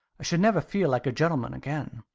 i should never feel like a gentleman again.